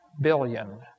billion